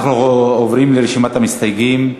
אנחנו עוברים לרשימת המסתייגים,